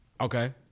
okay